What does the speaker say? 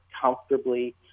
comfortably